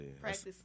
practice